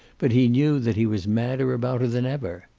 but he knew that he was madder about her than ever.